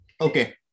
Okay